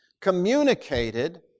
Communicated